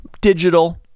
digital